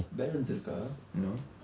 balance இருக்க இன்னும்:irukka innum